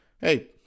hey